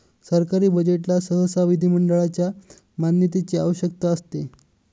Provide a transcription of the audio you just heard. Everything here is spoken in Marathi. सरकारी बजेटला सहसा विधिमंडळाच्या मान्यतेची आवश्यकता असते